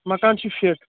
مکان چھُ فِٹ